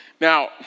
Now